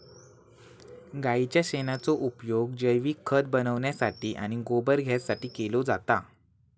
गाईच्या शेणाचो उपयोग जैविक खत बनवण्यासाठी आणि गोबर गॅससाठी केलो जाता